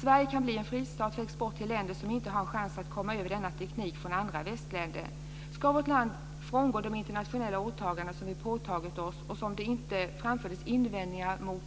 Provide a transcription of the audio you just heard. Sverige kan bli en fristad för export till länder som inte har en chans att komma över denna teknik från andra västländer. Ska vi i vårt land frångå de internationella åtaganden som vi påtagit oss och som det inte framfördes invändningar mot